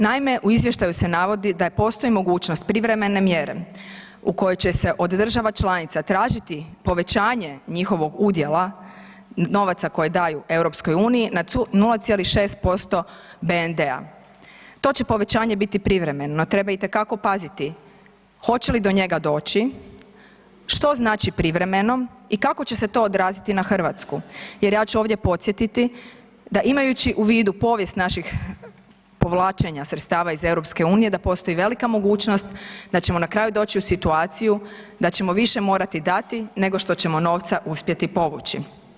Naime, u izvještaju se navodi da postoji mogućnost privremene mjere u kojoj će se od država članica tražiti povećanje njihovog udjela, novaca koje daju EU na 0,6% BND-a, to će povećanje biti privremeno, no treba itekako paziti hoće li do njega doći, što znači privremeno i kako će se to odraziti na Hrvatsku jer ja ću ovdje podsjetiti da imajući u vidu povijest naših povlačenja sredstava iz EU da postoji velika mogućnost da ćemo na kraju doći u situaciju da ćemo više morati dati nego što ćemo novca uspjeti povući.